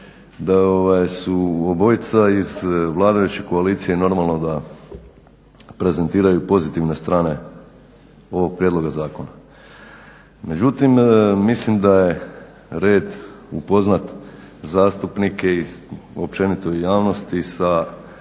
da su obojica iz vladajuće koalicije i normalno da prezentiraju pozitivne strane ovog prijedloga zakona. Međutim, mislim da je red upoznat zastupnike i općenito javnost i sa